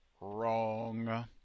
wrong